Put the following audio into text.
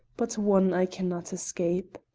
but one i can not escape.